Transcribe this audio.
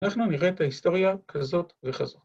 ‫אנחנו נראה את ההיסטוריה ‫כזאת וכזאת.